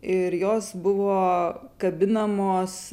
ir jos buvo kabinamos